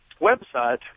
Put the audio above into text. website